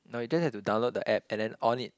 no you just have to download the app and then on it